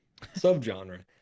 subgenre